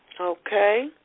Okay